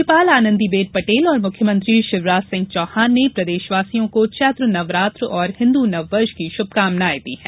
राज्यपाल आनंदीबेन पटेल और मुख्यमंत्री शिवराज सिंह चौहान ने प्रदेशवासियों को चैत्र नवरात्र और हिन्दू नववर्ष की शुभाकामनाएं दी हैं